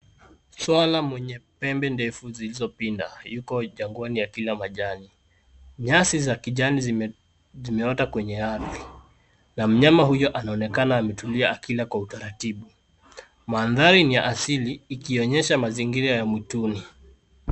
Swala mwenye pembe ndefu zilizo pinda yuko jangwani akila majani. Nyasi za kijani zimeota kwenye ardhi na mnyama huyo anaonekana ametulia akila kwa utaratibu. Mandhari ni ya asili ikionyesha mazingira ya mwituni.